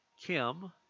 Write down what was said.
Kim